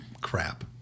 Crap